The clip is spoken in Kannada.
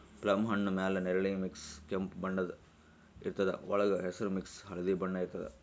ಪ್ಲಮ್ ಹಣ್ಣ್ ಮ್ಯಾಲ್ ನೆರಳಿ ಮಿಕ್ಸ್ ಕೆಂಪ್ ಬಣ್ಣದ್ ಇರ್ತದ್ ವಳ್ಗ್ ಹಸ್ರ್ ಮಿಕ್ಸ್ ಹಳ್ದಿ ಬಣ್ಣ ಇರ್ತದ್